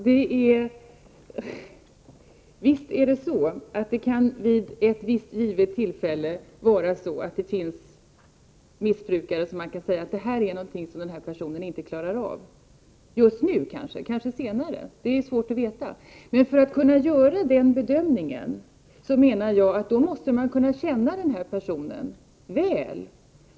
Herr talman! Visst är det så, att det vid ett givet tillfälle kan finnas missbrukare som befinner sig i en sådan situation att man kan säga att detta är någonting som den här personen inte klarar av just nu — men kanske senare. Det är ju svårt att veta. Men för att kunna göra den bedömningen måste man enligt min mening kunna känna den här personen väl.